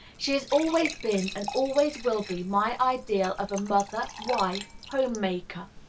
she has always been and always will be my ideal of a mother, wife, home-maker.